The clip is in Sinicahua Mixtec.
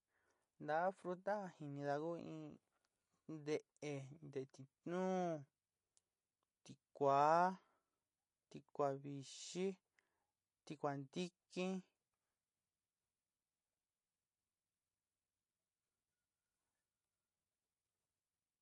Naá fruta jinidá in nte'e, nte titnuun, tikuá, tikuá vixí. tikuá ntikin.